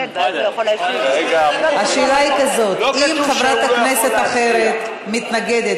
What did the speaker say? השאלה היא כזאת: אם חברת כנסת אחרת מתנגדת,